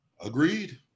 Agreed